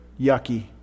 yucky